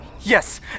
Yes